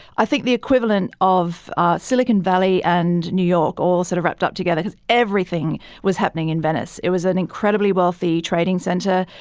i think, the equivalent of silicon valley and new york all sort of wrapped up together because everything was happening in venice. it was an incredibly wealthy trading center,